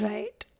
Right